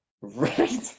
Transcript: Right